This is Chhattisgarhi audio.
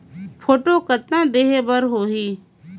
फोटो कतना देहें बर होहि?